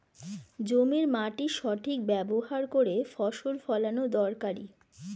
জমির মাটির সঠিক ব্যবহার করে ফসল ফলানো দরকারি